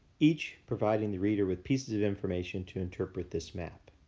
each providing the reader with pieces of information to interpret this map.